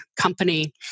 company